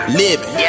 living